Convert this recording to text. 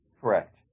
Correct